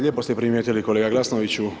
Lijepo ste primijetili, kolega Glasnoviću.